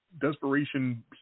desperation